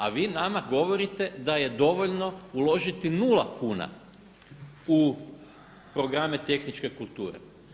A vi nama govorite da je dovoljno uložiti nula kuna u programe tehničke kulture.